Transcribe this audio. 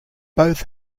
both